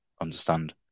understand